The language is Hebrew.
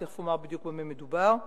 אני תיכף אומר בדיוק במה מדובר,